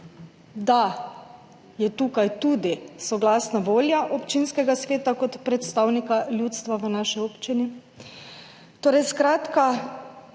da je tukaj tudi soglasna volja občinskega sveta kot predstavnika ljudstva v naši občini. Torej, današnja